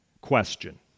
question